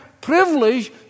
privilege